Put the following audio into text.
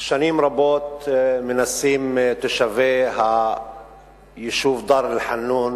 שנים רבות מנסים תושבי היישוב דאר-אלחנון